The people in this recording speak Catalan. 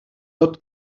tot